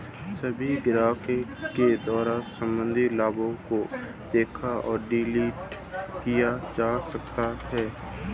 सभी ग्राहकों के द्वारा सम्बन्धित लाभार्थी को देखा एवं डिलीट किया जा सकता है